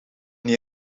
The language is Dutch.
niet